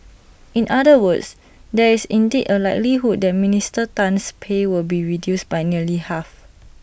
in other words there is indeed A likelihood that Minister Tan's pay will be reduced by nearly half